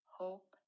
hope